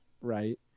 right